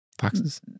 foxes